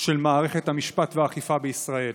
של מערכת המשפט והאכיפה בישראל.